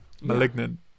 Malignant